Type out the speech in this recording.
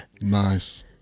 Nice